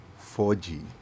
4G